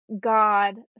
God